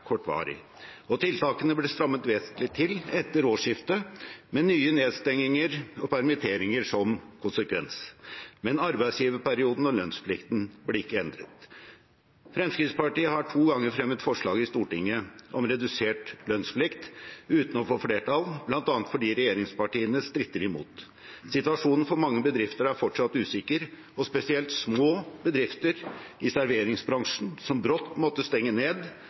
kortvarig, og tiltakene ble strammet vesentlig til etter årsskiftet med nye nedstenginger og permitteringer som konsekvens. Men arbeidsgiverperioden og lønnsplikten ble ikke endret. Fremskrittspartiet har to ganger fremmet forslag i Stortinget om redusert lønnsplikt uten å få flertall, bl.a. fordi regjeringspartiene stritter imot. Situasjonen for mange bedrifter er fortsatt usikker, og spesielt små bedrifter i serveringsbransjen, som brått måtte stenge ned,